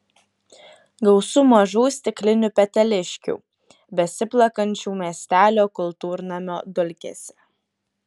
gausu mažų stiklinių peteliškių besiplakančių miestelio kultūrnamio dulkėse